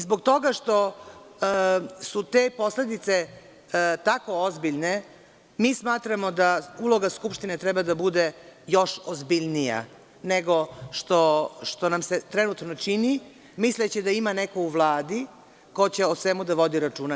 Zbog toga što su te posledice tako ozbiljne, mi smatramo da uloga Skupštine treba da bude još ozbiljnija nego što nam se trenutno čini, misleći da ima neko u Vladi ko će o svemu da vodi računa.